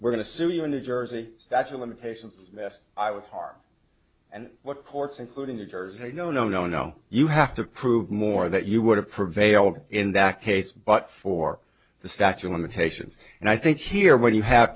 we're going to sue you in a jersey statue limitations yes i was heart and what courts including new jersey no no no no you have to prove more that you would have prevailed in that case but for the statue of limitations and i think here when you have